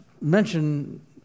mention